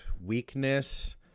weakness